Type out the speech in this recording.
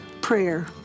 Prayer